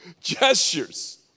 Gestures